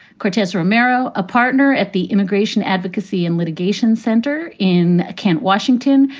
cortez romero, a partner at the immigration advocacy and litigation center in kent, washington,